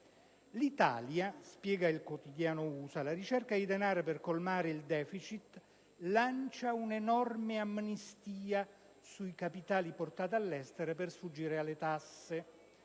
L'Italia,» - spiega il quotidiano americano - «alla ricerca di denaro per colmare il deficit, lancia un'enorme amnistia sui capitali portati all'estero per sfuggire alle tasse».